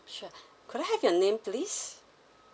sure could I have your name please